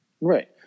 Right